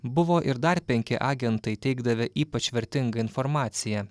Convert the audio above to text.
buvo ir dar penki agentai teikdavę ypač vertingą informaciją